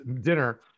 dinner